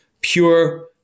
pure